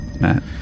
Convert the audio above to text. Matt